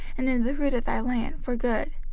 and in the fruit of thy land, for good